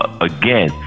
again